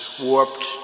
warped